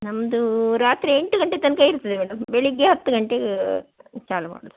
ನಮ್ಮದೂ ರಾತ್ರಿ ಎಂಟು ಗಂಟೆ ತನಕ ಇರ್ತದೆ ಮೇಡಮ್ ಬೆಳಗ್ಗೆ ಹತ್ತು ಗಂಟೆಗೆ ಚಾಲೂ ಮಾಡೋದು